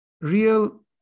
real